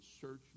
search